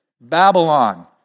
Babylon